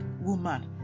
Woman